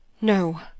no